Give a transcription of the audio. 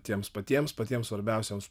tiems patiems patiems svarbiausiems